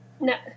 No